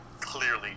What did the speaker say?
clearly